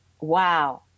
wow